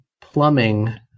plumbing